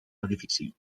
l’edifici